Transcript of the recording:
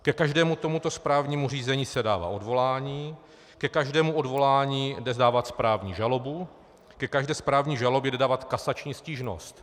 Ke každému tomuto správnímu řízení se dává odvolání, ke každému odvolání odevzdávat správní žalobu, ke každé správní žalobě dodávat kasační stížnost.